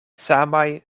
samaj